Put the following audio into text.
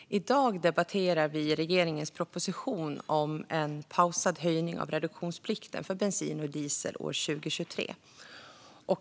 Herr talman! I dag debatterar vi regeringens proposition om en pausad höjning av reduktionsplikten för bensin och diesel 2023.